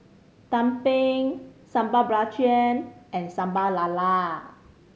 tumpeng Sambal Belacan and Sambal Lala